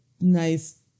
nice